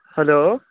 hello